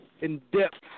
in-depth